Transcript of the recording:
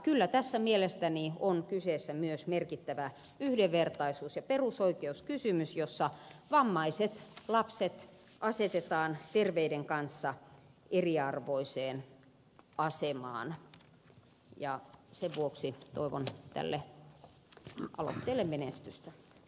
kyllä tässä mielestäni on kyseessä myös merkittävä yhdenvertaisuus ja perusoikeuskysymys jossa vammaiset lapset asetetaan terveiden kanssa eriarvoiseen asemaan ja sen vuoksi toivon tälle aloitteelle menestystä